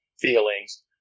feelings